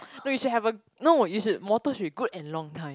which you should have a no you should motto should be good and long time